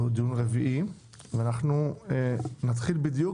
זהו דיון רביעי ואנחנו נתחיל בדיוק